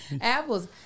Apples